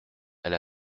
elle